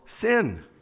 sin